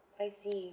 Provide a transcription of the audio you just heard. I see